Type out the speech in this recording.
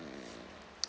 mm